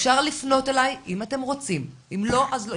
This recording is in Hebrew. אפשר לפנות אליי אם אתם רוצים, אם לא אז לא.